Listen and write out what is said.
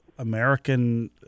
American